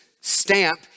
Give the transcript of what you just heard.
stamp